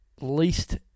Least